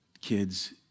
kids